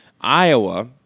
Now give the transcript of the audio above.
Iowa –